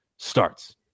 Starts